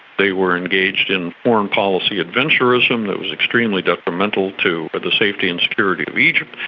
they were engaged in foreign policy adventurism that was extremely detrimental to the safety and security of egypt,